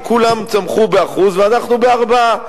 כי כולם צמחו ב-1% ואנחנו ב4%.